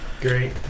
Great